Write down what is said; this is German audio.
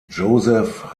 joseph